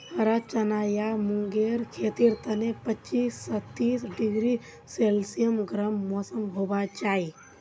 हरा चना या मूंगेर खेतीर तने पच्चीस स तीस डिग्री सेल्सियस गर्म मौसम होबा चाई